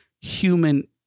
human